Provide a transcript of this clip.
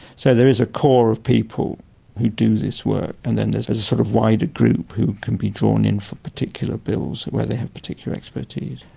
so there is a core of people who do this work, and then there's there's a sort of wider group who can be drawn in for particular bills where they have particular expertise.